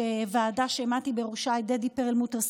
שוועדה שהעמדתי בראשה את דדי פרלמוטר,